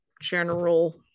general